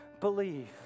believe